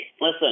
Listen